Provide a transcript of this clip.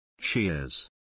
Cheers